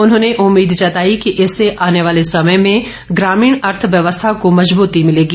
उन्होंने उम्मीद जताई कि इससे आने वाले समय में ग्रामीण अर्थव्यवस्था को मजबूती मिलेगी